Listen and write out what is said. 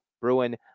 Bruin